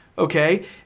Okay